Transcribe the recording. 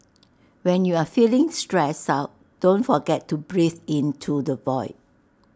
when you are feeling stressed out don't forget to breathe into the void